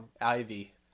Ivy